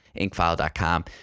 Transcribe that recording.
Inkfile.com